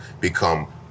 become